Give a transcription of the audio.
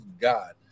God